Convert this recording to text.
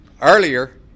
earlier